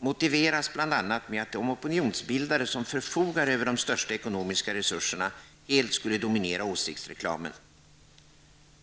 motiveras bl.a. med att de opinionsbildare som förfogar över de största ekonomiska resurserna helt skulle dominera åsiktsreklamen.